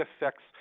affects